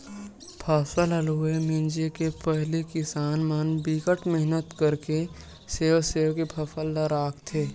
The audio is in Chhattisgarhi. फसल ल लूए मिजे के पहिली किसान मन बिकट मेहनत करके सेव सेव के फसल ल राखथे